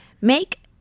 make